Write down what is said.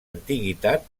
antiguitat